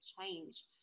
change